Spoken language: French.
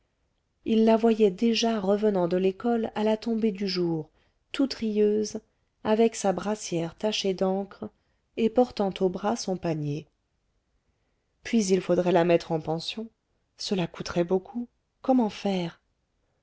il la voyait déjà revenant de l'école à la tombée du jour toute rieuse avec sa brassière tachée d'encre et portant au bras son panier puis il faudrait la mettre en pension cela coûterait beaucoup comment faire